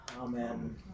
Amen